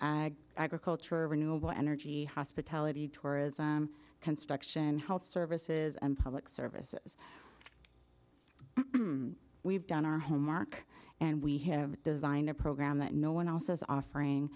agriculture or new about energy hospitality tourism construction health services and public services we've done our homework and we have designed a program that no one else is offering